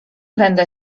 będę